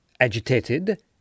Agitated